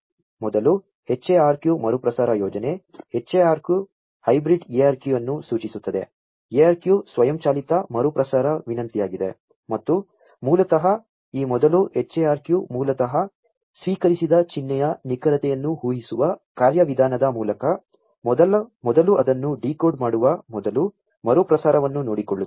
ಮೊದಲ HARQ ಮರುಪ್ರಸಾರ ಯೋಜನೆ HARQ ಹೈಬ್ರಿಡ್ ARQ ಅನ್ನು ಸೂಚಿಸುತ್ತದೆ ARQ ಸ್ವಯಂಚಾಲಿತ ಮರುಪ್ರಸಾರ ವಿನಂತಿಯಾಗಿದೆ ಮತ್ತು ಮೂಲತಃ ಈ ಮೊದಲ HARQ ಮೂಲತಃ ಸ್ವೀಕರಿಸಿದ ಚಿಹ್ನೆಯ ನಿಖರತೆಯನ್ನು ಊಹಿಸುವ ಕಾರ್ಯವಿಧಾನದ ಮೂಲಕ ಮೊದಲು ಅದನ್ನು ಡಿಕೋಡ್ ಮಾಡುವ ಮೊದಲು ಮರುಪ್ರಸಾರವನ್ನು ನೋಡಿಕೊಳ್ಳುತ್ತದೆ